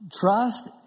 Trust